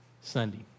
Sunday